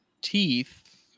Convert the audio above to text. teeth